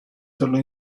solo